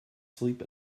sleep